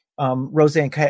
Roseanne